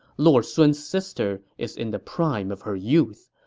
lord sun's sister is in the prime of her youth.